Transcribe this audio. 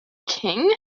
king